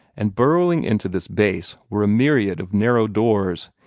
and burrowing into this base were a myriad of narrow doors,